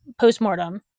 postmortem